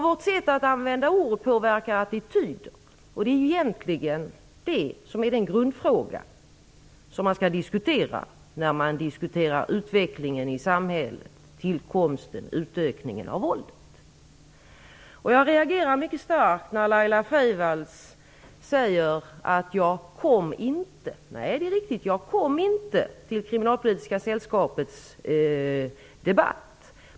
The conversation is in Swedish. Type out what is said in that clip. Vårt sätt att använda ord påverkar nämligen attityder, och det är egentligen det som är den grundfråga som man skall diskutera när man diskuterar utvecklingen i samhället och tillkomsten och utökningen av våldet. Jag reagerar mycket starkt när Laila Freivalds säger att jag "inte kom". Nej, det är riktigt att jag inte kom till Svenska kriminalistföreningens debatt.